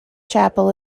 chapel